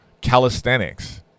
calisthenics